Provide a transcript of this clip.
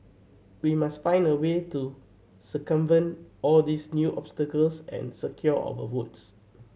we must find a way to circumvent all these new obstacles and secure our votes